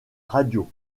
radio